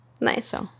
Nice